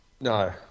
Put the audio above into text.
No